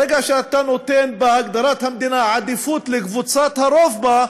ברגע שאתה נותן בהגדרת המדינה עדיפות לקבוצת הרוב בה,